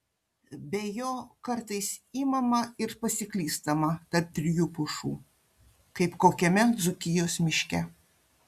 be jo kartais imama ir pasiklystama tarp trijų pušų kaip kokiame dzūkijos miške